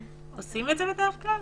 עושים את זה בדרך כלל?